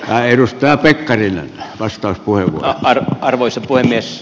hän edustaa pekkarinen vastaa kuin väri arvoisa puhemies